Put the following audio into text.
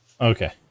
Okay